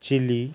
Chile